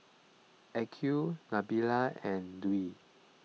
Aqil Nabila and Dwi